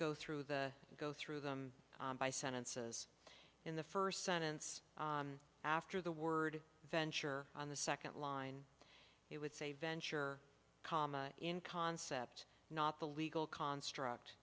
go through the go through them by sentences in the first sentence after the word venture on the second line it would say venture comma in concept not the legal construct